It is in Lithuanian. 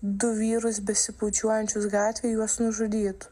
du vyrus besibučiuojančius gatvėj juos nužudytų